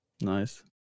Nice